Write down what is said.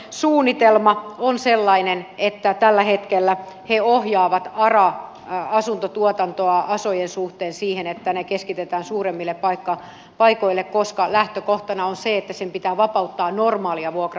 aran käyttösuunnitelma on sellainen että tällä hetkellä he ohjaavat ara asuntotuotantoa asojen suhteen siihen että ne keskitetään suuremmille paikoille koska lähtökohtana on se että sen pitää vapauttaa normaalia vuokra asuntotuotantoa